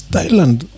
Thailand